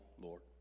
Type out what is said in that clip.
Lord